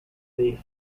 they